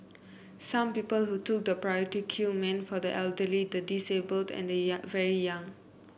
some people who took the priority queue meant for the elderly the disabled and the young very young